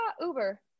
Uber